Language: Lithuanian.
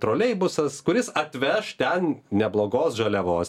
troleibusas kuris atveš ten neblogos žaliavos